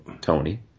Tony